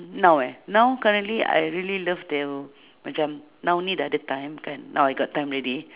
now eh now currently I really love to macam now only dah ada time kan now I got time already